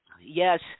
yes